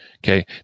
Okay